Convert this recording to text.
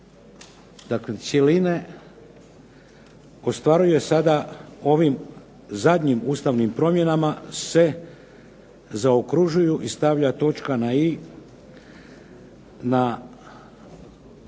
Daklem, cjeline ostvaruje sad ovim zadnjim ustavnim promjenama se zaokružuju i stavlja točka na "i" na